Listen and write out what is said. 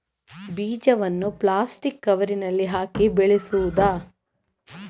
ಬೀಜವನ್ನು ಪ್ಲಾಸ್ಟಿಕ್ ಕವರಿನಲ್ಲಿ ಹಾಕಿ ಬೆಳೆಸುವುದಾ?